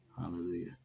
Hallelujah